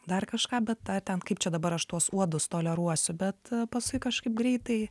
dar kažką bet ar ten kaip čia dabar aš tuos uodus toleruosiu bet paskui kažkaip greitai